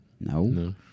No